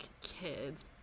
kids